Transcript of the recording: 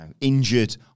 injured